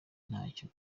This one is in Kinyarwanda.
ntacyo